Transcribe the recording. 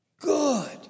Good